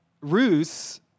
Ruth